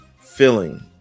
filling